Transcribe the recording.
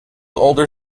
older